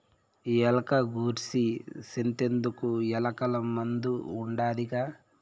ఎలక గూర్సి సింతెందుకు, ఎలకల మందు ఉండాదిగా